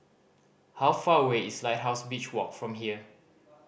how far away is Lighthouse Beach Walk from here